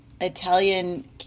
Italian